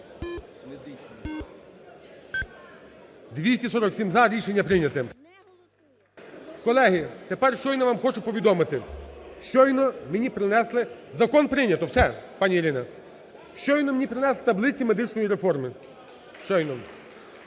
За-247 Рішення прийнято. Колеги, тепер щойно вам хочу повідомити. Щойно мені принесли… Закон прийнято, все, пані Ірина. Щойно мені принесли таблиці медичної реформи, щойно.